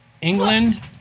England